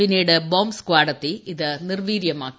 പിന്നീട് bomb squad എത്തി ഇത് നിർവീര്യമാക്കി